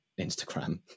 Instagram